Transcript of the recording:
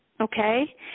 okay